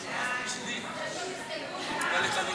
יש עוד הסתייגות?